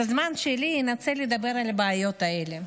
את הזמן שלי אנצל לדבר על הבעיות האלו.